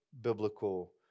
biblical